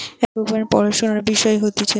এক রকমের পড়াশুনার বিষয় হতিছে